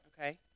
Okay